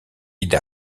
ida